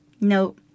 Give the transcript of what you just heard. No